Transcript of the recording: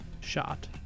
shot